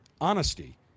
honesty